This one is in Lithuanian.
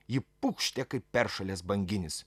ji pūkštė kaip peršalęs banginis